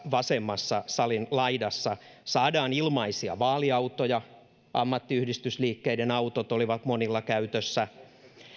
salin vasemmassa laidassa saadaan ilmaisia vaaliautoja ammattiyhdistysliikkeiden autot olivat monilla käytössä